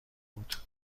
بود